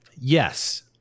Yes